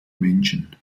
menschen